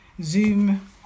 Zoom